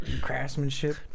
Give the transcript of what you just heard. craftsmanship